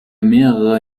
mehrere